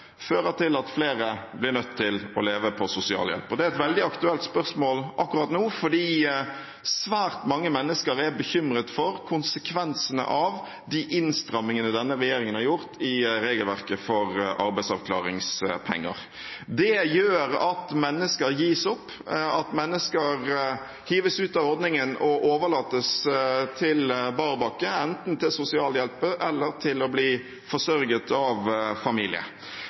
fører til at flere blir nødt til å leve på sosialhjelp. Det er et veldig aktuelt spørsmål akkurat nå, for svært mange mennesker er bekymret for konsekvensene av de innstrammingene denne regjeringen har gjort i regelverket for arbeidsavklaringspenger. Det gjør at mennesker gis opp, at mennesker hives ut av ordningen og overlates på bar bakke, enten til sosialhjelp eller til å bli forsørget av familie.